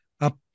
up